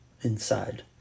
inside